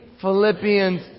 Philippians